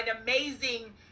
amazing